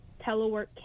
telework